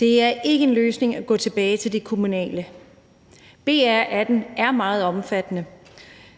Det er ikke en løsning at gå tilbage til det kommunale. BR18 er meget omfattende,